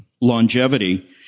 longevity